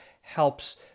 helps